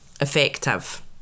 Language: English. effective